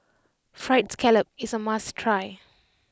Fried Scallop is a must try